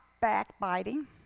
backbiting